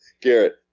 garrett